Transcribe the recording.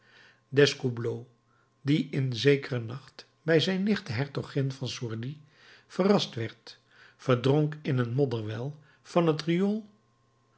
die in zekeren nacht bij zijn nicht de hertogin de sourdis verrast werd verdronk in een modderwel van het riool